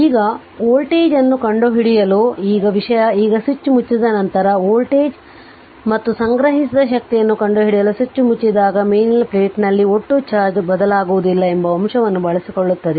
ಈಗ ವೋಲ್ಟೇಜ್ ಅನ್ನು ಕಂಡುಹಿಡಿಯಲು ಈಗ ವಿಷಯ ಈಗ ಸ್ವಿಚ್ ಮುಚ್ಚಿದ ನಂತರ ವೋಲ್ಟೇಜ್ ಮತ್ತು ಸಂಗ್ರಹಿಸಿದ ಶಕ್ತಿಯನ್ನು ಕಂಡುಹಿಡಿಯಲು ಸ್ವಿಚ್ ಮುಚ್ಚಿದಾಗ ಮೇಲಿನ ಪ್ಲೇಟ್ನಲ್ಲಿನ ಒಟ್ಟು ಚಾರ್ಜ್ ಬದಲಾಗುವುದಿಲ್ಲ ಎಂಬ ಅಂಶವನ್ನು ಬಳಸಿಕೊಳ್ಳುತ್ತದೆ